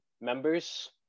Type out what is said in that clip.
members